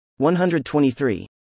123